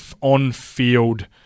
on-field